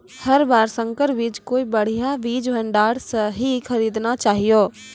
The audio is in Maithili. हर बार संकर बीज कोई बढ़िया बीज भंडार स हीं खरीदना चाहियो